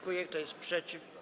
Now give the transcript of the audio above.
Kto jest przeciw?